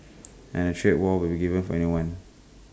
and A trade war wouldn't given for anyone